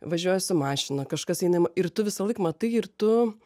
važiuoja su mašina kažkas eina į m ir tu visąlaik matai ir tu